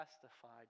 testified